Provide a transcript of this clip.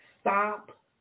stop